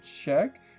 check